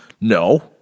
No